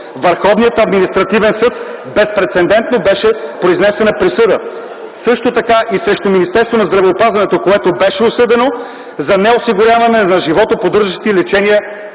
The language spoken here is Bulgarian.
Върховният административен съд безпрецедентно беше произнесена присъда. Също така и срещу Министерството на здравеопазването, когато беше осъдено за неосигуряване на животоподдържащи лечения